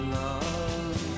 love